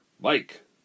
Mike